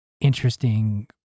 interesting